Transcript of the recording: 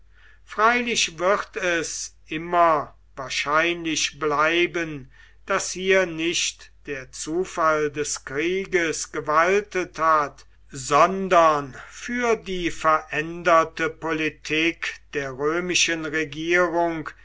freilich wird es immer wahrscheinlich bleiben daß hier nicht der zufall des krieges gewaltet hat sondern für die veränderte politik der römischen regierung